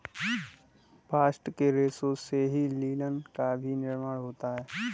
bast के रेशों से ही लिनन का भी निर्माण होता है